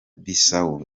bissau